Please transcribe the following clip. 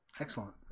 Excellent